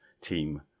team